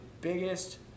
biggest